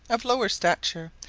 of lower stature,